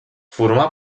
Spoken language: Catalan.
formà